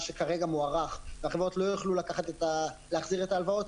שכרגע מוערך והחברות לא יוכלו להחזיר את ההלוואות,